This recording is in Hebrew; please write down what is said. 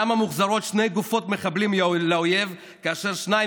למה מוחזרות שתי גופות מחבלים לאויב כאשר שניים